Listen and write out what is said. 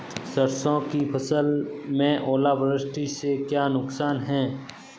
सरसों की फसल में ओलावृष्टि से क्या नुकसान है?